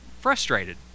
frustrated